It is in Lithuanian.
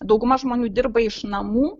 dauguma žmonių dirba iš namų